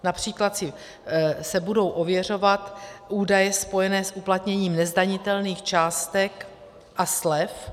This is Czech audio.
Například se budou ověřovat údaje spojené s uplatněním nezdanitelných částek a slev.